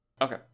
Okay